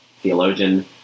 theologian